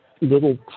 little